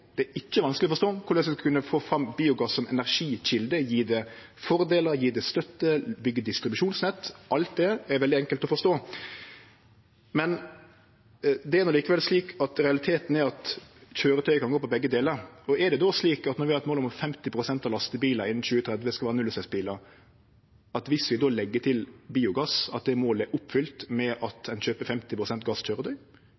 det på køyretøynivå. Det er ikkje vanskeleg å forstå korleis ein skal kunne få fram biogass som energikjelde, gje det fordelar, gje det støtte, byggje distribusjonsnett – alt det er veldig enkelt å forstå – men det er no likevel slik at realiteten er at køyretøy kan gå på begge delar. Når vi har eit mål om at 50 pst. av lastebilar innan 2030 skal vere nullutsleppsbilar, er det då slik at dersom vi legg til biogass, er det målet oppfylt med